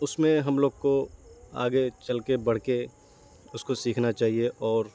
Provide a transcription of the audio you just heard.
اس میں ہم لوگ کو آگے چل کے بڑھ کے اس کو سیکھنا چاہیے اور